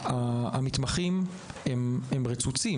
המתמחים רצו כל